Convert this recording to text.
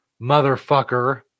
motherfucker